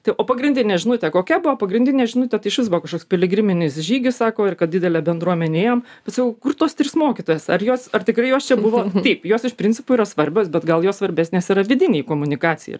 tai o pagrindinė žinutė kokia buvo pagrindinė žinutė tai išvis buvo kažkoks piligriminis žygis sako ir kad didelė bendruomenė ėjom bet sakau kur tos trys mokytojos ar jos ar tikrai jos čia buvo taip juos iš principo yra svarbios bet gal jos svarbesnės yra vidinei komunikacijai ir